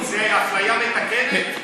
אני, זו אפליה מתקנת?